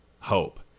hope